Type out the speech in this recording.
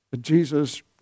Jesus